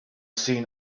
seen